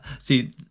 see